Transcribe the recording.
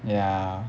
ya